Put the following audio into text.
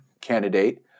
candidate